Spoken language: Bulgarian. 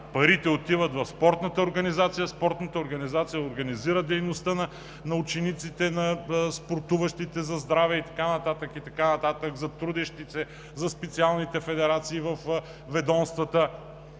парите отиват в спортната организация, спортната организация организира дейността на учениците, на спортуващите за здраве и така нататък, и така нататък, за трудещите се, за специалните федерации във ведомствата